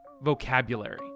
vocabulary